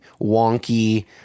wonky